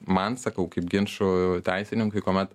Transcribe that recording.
man sakau kaip ginču teisininkui kuomet